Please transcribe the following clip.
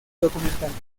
documentales